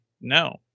no